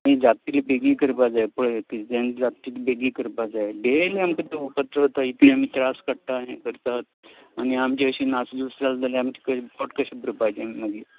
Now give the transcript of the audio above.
नी जात तीतलें बेगीन करपा जाय पय तुज्यान जात तीतले बेगीन करपा जाय डेली आमकां तो चोरता इतले आमी त्रास काडटात आनी करतात आनी आमची अशी नास धुस जाल जाल्यार आमी पोट कशें भरपाचें मागीर